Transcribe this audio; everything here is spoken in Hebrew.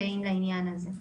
מטה,